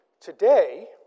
today